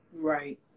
Right